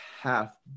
half